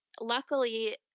luckily